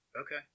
okay